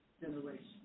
generation